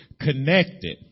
connected